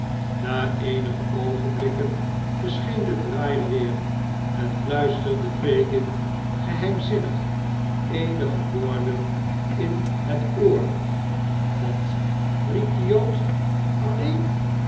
na eenige oogenbükken verscheen de draaier weer en fluisterde fagin geheimzinnig eenige woorden in het oor wat riep de jood alleen